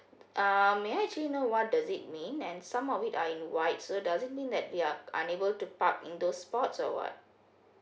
uh may I actually know what does it mean and some of it are in white so doesn't mean that there're unable to park in those spots or what